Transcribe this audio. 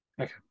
Okay